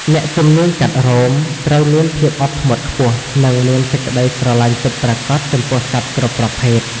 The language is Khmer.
អ្នកជំនាញកាត់រោម ត្រូវមានភាពអត់ធ្មត់ខ្ពស់ និងមានសេចក្តីស្រឡាញ់ពិតប្រាកដចំពោះសត្វគ្រប់ប្រភេទ។